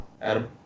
Adam